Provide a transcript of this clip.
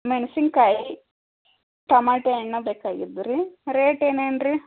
ಮೆಣ್ಸಿನಕಾಯಿ ಟಮಾಟೆ ಹಣ್ಣು ಬೇಕಾಗಿದ್ದವು ರೀ ರೇಟ್ ಏನೇನು ರೀ